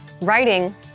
writing